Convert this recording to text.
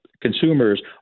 consumers